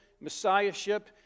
messiahship